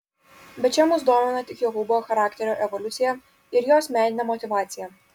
bet čia mus domina tik jokūbo charakterio evoliucija ir jos meninė motyvacija